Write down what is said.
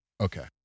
Okay